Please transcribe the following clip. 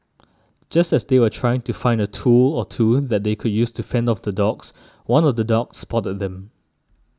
just as they were trying to find a tool or two that they could use to fend off the dogs one of the dogs spotted them